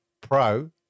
pro